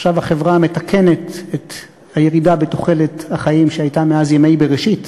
עכשיו החברה מתקנת את הירידה בתוחלת החיים שהייתה מאז ימי בראשית,